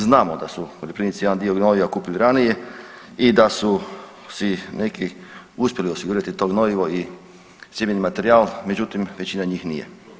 Znamo da su poljoprivrednici jedan dio gnojiva kupili ranije i da su si neki uspjeli osigurati to gnojivo i sjemeni materijal, međutim većina njih nije.